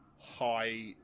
high